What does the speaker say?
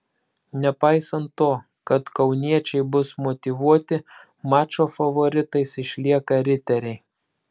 nepaisant to kad kauniečiai bus motyvuoti mačo favoritais išlieka riteriai